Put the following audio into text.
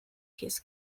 his